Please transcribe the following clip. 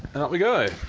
and out we go.